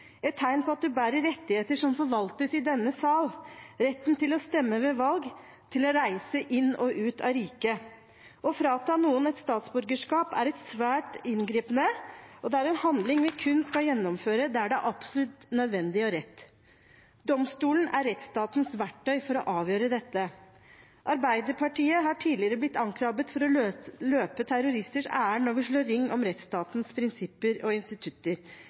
et tegn på at du bærer rettigheter som forvaltes i denne sal: retten til å stemme ved valg, til å reise inn og ut av riket. Å frata noen et statsborgerskap er svært inngripende, og det er en handling vi kun skal gjennomføre der det er absolutt nødvendig og rett. Domstolen er rettsstatens verktøy for å avgjøre dette. Arbeiderpartiet har tidligere blitt anklaget for å løpe terroristers ærend når vi slår ring om rettsstatens prinsipper og institutter.